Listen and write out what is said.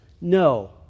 No